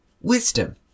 wisdom